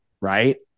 Right